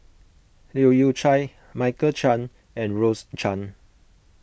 Leu Yew Chye Michael Chiang and Rose Chan